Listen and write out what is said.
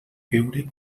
veure